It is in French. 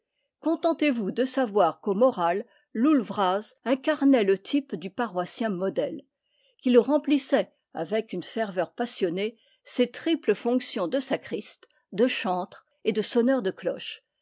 contentez-vous de savoir qu'au moral loull vraz incarnait le type du paroissien modèle qu'il remplis sait avec une ferveur passionnée ses triples fonctions de sa criste de chantre et de sonneur de cloches